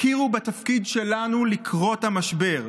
הכירו בתפקיד שלנו בקרות המשבר.